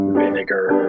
vinegar